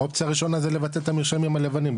אופציה ראשונה זה לבטל את המרשמים הלבנים,